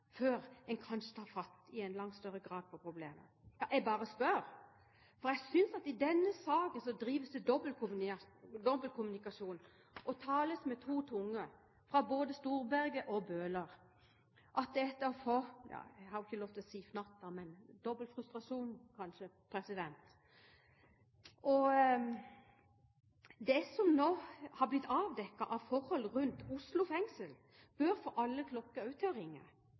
før man i langt større grad kan ta fatt i problemet? Jeg bare spør, for jeg synes at i denne saken drives det så mye dobbeltkommunikasjon, og det tales med to tunger, fra både Storberget og Bøhler, at det er til å få – ja, jeg har jo ikke lov til å si fnatt, men kanskje – dobbel frustrasjon av. Det som nå har blitt avdekket av forhold rundt Oslo fengsel, bør også få alle klokker til å ringe.